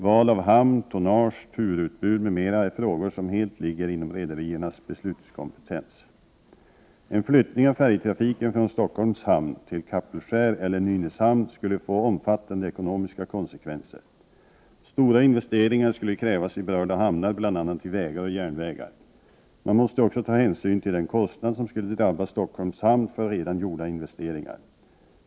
Val av hamn, tonnage, turutbud m.m. är frågor som helt ligger inom rederiernas beslutskompetens. En flyttning av färjetrafiken från Stockholms hamn till Kapellskär eller Nynäshamn skulle få omfattande ekonomiska konsekvenser. Stora nyinvesteringar skulle krävas i berörda hamnar bl.a. i vägar och järnvägar. Man måste också ta hänsyn till den kostnad som skulle drabba Stockholms hamn för redan gjorda investeringar.